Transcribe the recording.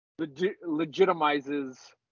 legitimizes